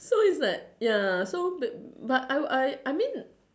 so it's like ya so b~ but I w~ I I mean